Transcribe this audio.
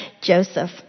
Joseph